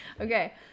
Okay